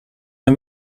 een